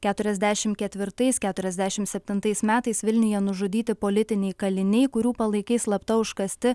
keturiasdešim ketvirtais keturiasdešim septintais metais vilniuje nužudyti politiniai kaliniai kurių palaikai slapta užkasti